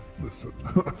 listen